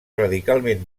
radicalment